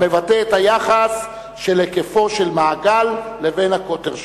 המבטא את היחס בין היקפו של מעגל לבין הקוטר שלו.